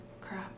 Crap